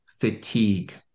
fatigue